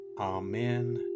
Amen